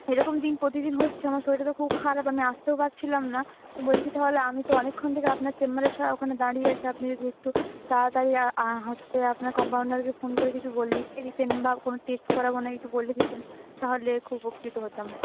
এরকম দিন প্রতিদিন হচ্ছে আমার শরীরটা তো খুব খারাপ আমি আসতেও পারছিলাম না বলছি তাহলে আমি তো অনেকক্ষণ থেকে আপনার চেম্বারের ওখানে দাঁড়িয়ে আছি আপনি যদি একটু তাড়াতাড়ি হচ্ছে আপনার কম্পাউন্ডারকে ফোন করে কিছু লিখে দিতেন বা কোনও টেস্ট করাবো না কি একটু বলে দিতেন তাহলে খুব উপকৃত হতাম